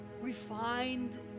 refined